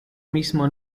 mismo